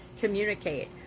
communicate